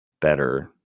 better